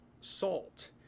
salt